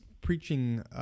preaching